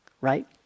right